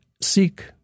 seek